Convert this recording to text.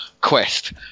quest